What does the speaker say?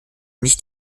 nicht